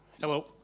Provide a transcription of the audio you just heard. Hello